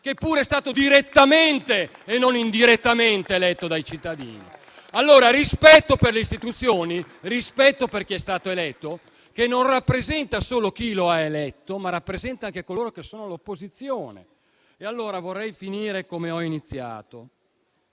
che pure è stato direttamente e non indirettamente eletto dai cittadini. Allora occorre rispetto per le istituzioni e per chi è stato eletto, che non rappresenta solo chi lo ha eletto, ma anche coloro che sono all'opposizione. Vorrei finire come ho iniziato.